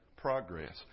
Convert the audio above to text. Progress